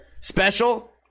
special